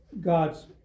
God's